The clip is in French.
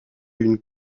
une